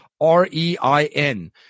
R-E-I-N